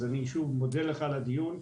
אז אני שוב מודה לך על הדיון,